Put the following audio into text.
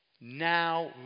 Now